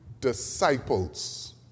disciples